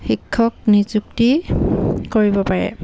শিক্ষক নিযুক্তি কৰিব পাৰে